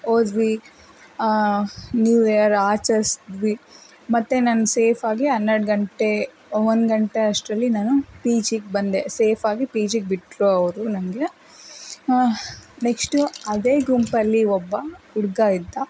ಹೋದ್ವಿ new year ಆಚರ್ಸಿದ್ವಿ ಮತ್ತೆ ನಾನು ಸೇಫಾಗಿ ಹನ್ನೆರಡು ಗಂಟೆ ಒಂದು ಗಂಟೆ ಅಷ್ಟರಲ್ಲಿ ನಾನು ಪಿ ಜಿಗೆ ಬಂದೆ ಸೇಫಾಗಿ ಪಿ ಜಿಗೆ ಬಿಟ್ಟರು ಅವರು ನನಗೆ ನೆಕ್ಸ್ಟು ಅದೇ ಗುಂಪಲ್ಲಿ ಒಬ್ಬ ಹುಡುಗ ಇದ್ದ